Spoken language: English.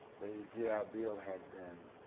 the gi ah bill had been,